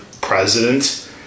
president